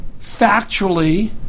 factually